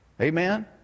Amen